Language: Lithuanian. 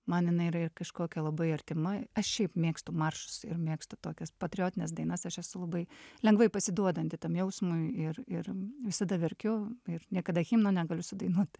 man jinai yra ir kažkokia labai artima aš šiaip mėgstu maršus ir mėgstu tokias patriotines dainas aš esu labai lengvai pasiduodanti tam jausmui ir ir visada verkiu ir niekada himno negaliu sudainuot